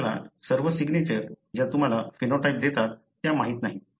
आपल्याला सर्व सिग्नेचर ज्या तुम्हाला फिनोटाइप देतात त्या माहित नाहीत